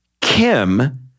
Kim